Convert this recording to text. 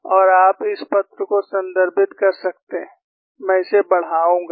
और आप इस पत्र को संदर्भित कर सकते हैं मैं इसे बढ़ाऊंगा